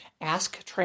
Ask